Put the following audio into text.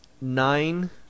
nine